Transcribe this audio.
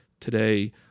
Today